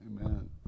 Amen